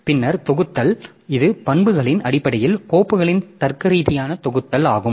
பின்னர் தொகுத்தல் இது பண்புகளின் அடிப்படையில் கோப்புகளின் தர்க்கரீதியான தொகுத்தல் ஆகும்